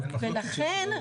ולכן,